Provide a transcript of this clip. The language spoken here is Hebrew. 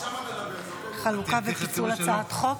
חבריי חברי הכנסת,